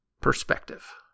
perspective